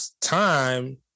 time